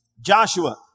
Joshua